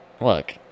look